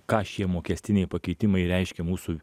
ką šie mokestiniai pakeitimai reiškia mūsų